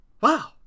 Wow